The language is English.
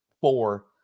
four